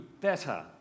better